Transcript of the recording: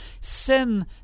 Sin